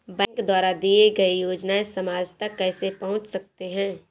Bank द्वारा दिए गए योजनाएँ समाज तक कैसे पहुँच सकते हैं?